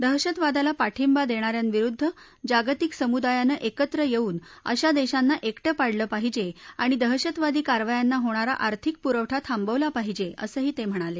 दहशतवादाला पाठिंबा देणा यांविरुद्ध जागतिक समुदायानं एकत्र येऊन अशा देशांना एकटं पाडलं पाहिजे आणि दहशतवादी कारवायांना होणारा आर्थिक पुरवठा थांबवला पाहिजे असंही ते म्हणाले